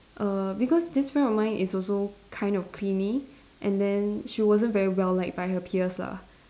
err because this friend of mine is also kind of clingy and then she wasn't very well liked by her peers lah